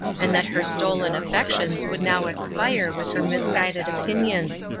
and that her stolen affections would now expire with her misguided opinions.